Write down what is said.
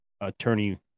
attorney